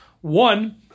One